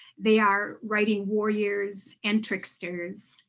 they are writing warriors and tricksters,